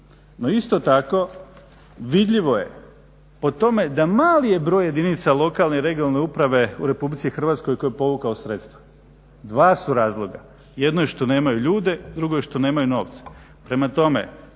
No isto tako vidljivo je po tome da mali broj jedinica lokalne i regionalne uprave u RH koji je povukao sredstva. Dva su razloga, jedno je što nemaju ljude, drugo je što nemaju novce. Prema tome